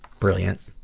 brilliant.